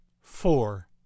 four